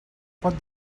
pot